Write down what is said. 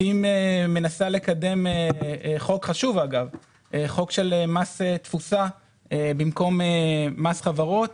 צים מנסה לקדם חוק של מס תפוסה במקום מס חברות.